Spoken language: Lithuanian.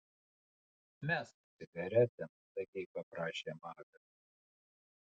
mesk cigaretę mandagiai paprašė magas